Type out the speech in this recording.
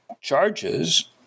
charges